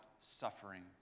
suffering